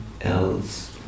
else